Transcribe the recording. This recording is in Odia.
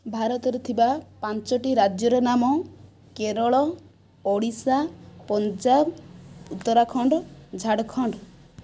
ଭାରତରେ ଥିବା ପାଞ୍ଚଟି ରାଜ୍ୟର ନାମ କେରଳ ଓଡ଼ିଶା ପଞ୍ଜାବ ଉତ୍ତରାଖଣ୍ଡ ଝାଡ଼ଖଣ୍ଡ